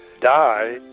die